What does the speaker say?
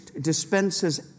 dispenses